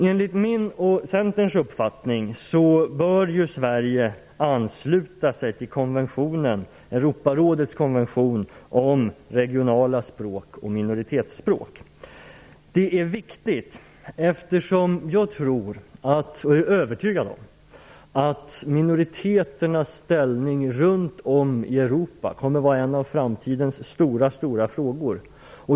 Enligt min och Centerns uppfattning bör Sverige ansluta sig till Europarådets konvention om regionala språk och minoritetsspråk. Det är viktigt, eftersom jag är övertygad om att minoriteternas ställning runt om i Europa kommer att vara en av framtidens stora frågor.